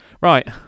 Right